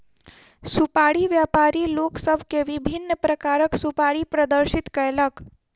सुपाड़ी व्यापारी लोक सभ के विभिन्न प्रकारक सुपाड़ी प्रदर्शित कयलक